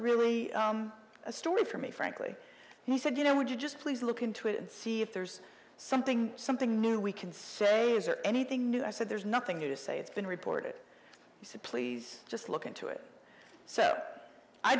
really a story for me frankly he said you know would you just please look into it and see if there's something something new we can say is there anything new i said there's nothing new to say it's been reported it's a place just look into it so i